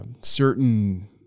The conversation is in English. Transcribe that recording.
certain